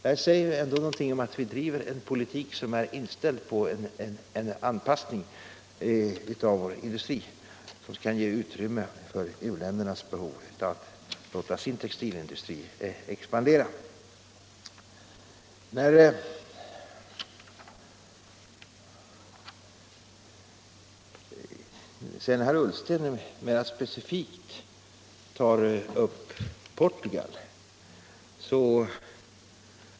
Det säger ändå en hel del om att vi driver en politik som är inställd på en anpassning av vår industri och som kan ge utrymme för u-ländernas behov av att låta sin textilindustri expandera. Herr Ullsten tog mera specifikt upp Portugal.